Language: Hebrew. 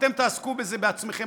אתם תעסקו בזה בעצמכם,